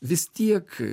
vis tiek